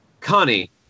Connie